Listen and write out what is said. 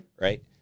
right